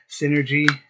Synergy